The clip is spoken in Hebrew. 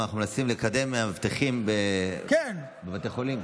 אנחנו מנסים גם לקדם מאבטחים בבתי חולים,